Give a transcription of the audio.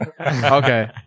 Okay